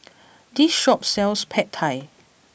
this shop sells Pad Thai